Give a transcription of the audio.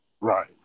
Right